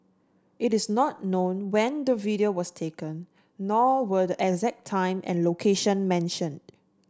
it is not known when the video was taken nor were the exact time and location mentioned